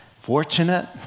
fortunate